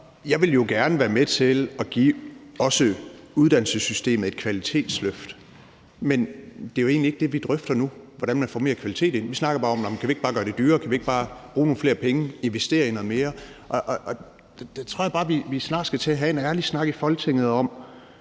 Jeg ville jo gerne være med til at give også uddannelsessystemet et kvalitetsløft, men det, vi drøfter nu, er jo egentlig ikke, hvordan man får mere kvalitet ind. Vi snakker bare om, om vi ikke bare kan gøre det dyrere, om vi ikke bare kan bruge nogle flere penge, investere i noget mere. Der tror jeg bare, at vi snart skal til at have en ærlig snak i Folketinget om